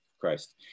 Christ